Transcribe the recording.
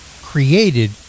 created